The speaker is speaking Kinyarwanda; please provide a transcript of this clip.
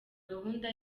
gahunda